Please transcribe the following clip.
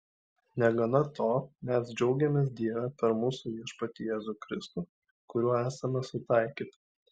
negana to mes džiaugiamės dieve per mūsų viešpatį jėzų kristų kuriuo esame sutaikyti